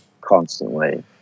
constantly